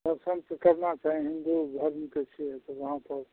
हमसभके करना चाही हिन्दू धर्मके छियै तऽ उहाँ पर